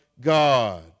God